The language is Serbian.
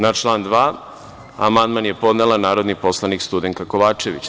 Na član 2. amandman je podnela narodni poslanik Studenka Kovačević.